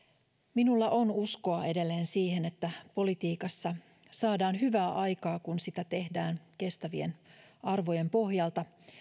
minulla on edelleen uskoa siihen että politiikassa saadaan hyvää aikaan kun sitä tehdään kestävien arvojen pohjalta